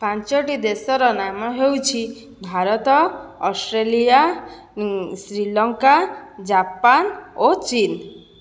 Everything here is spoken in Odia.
ପାଞ୍ଚଟି ଦେଶର ନାମ ହେଉଛି ଭାରତ ଅଷ୍ଟ୍ରେଲିଆ ଶ୍ରୀଲଙ୍କା ଜାପାନ ଓ ଚୀନ